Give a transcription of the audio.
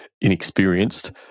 inexperienced